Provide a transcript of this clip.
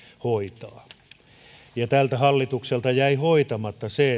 hoitaa tältä hallitukselta jäi hoitamatta se